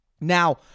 now